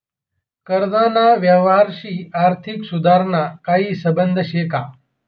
कर्जना यवहारशी आर्थिक सुधारणाना काही संबंध शे का?